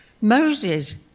Moses